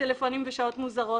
הטלפוניים בשעות מוזרות.